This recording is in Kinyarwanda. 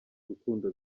urukundo